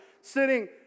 sitting